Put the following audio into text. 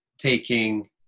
taking